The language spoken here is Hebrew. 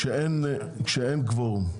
כשאין קוורום,